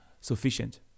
sufficient